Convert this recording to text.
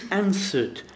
answered